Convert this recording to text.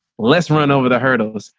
let's run over the hurdles,